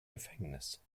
gefängnis